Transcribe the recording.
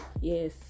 yes